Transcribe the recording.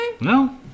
No